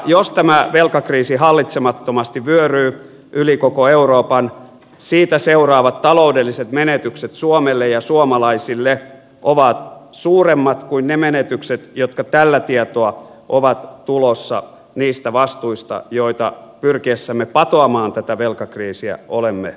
jos tämä velkakriisi hallitsemattomasti vyöryy yli koko euroopan siitä seuraavat taloudelliset menetykset suomelle ja suomalaisille ovat suuremmat kuin ne menetykset jotka tällä tietoa ovat tulossa niistä vastuista joita pyrkiessämme patoamaan tätä velkakriisiä olemme ottaneet